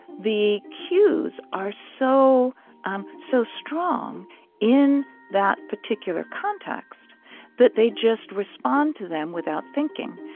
the cues are so um so strong in that particular context that they just respond to them without thinking.